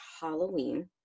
Halloween